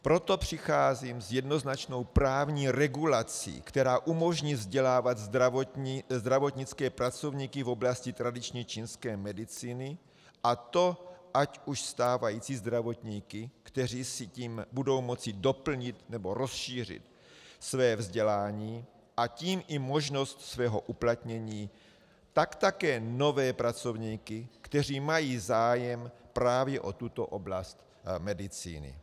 Proto přicházím s jednoznačnou právní regulací, která umožní vzdělávat zdravotnické pracovníky v oblasti tradiční čínské medicíny, a to ať už stávající zdravotníky, kteří si tím budou moci doplnit nebo rozšířit své vzdělání, a tím i možnost svého uplatnění, tak také nové pracovníky, kteří mají zájem právě o tuto oblast medicíny.